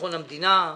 ביטחון המדינה.